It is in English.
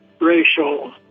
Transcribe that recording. racial